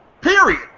Period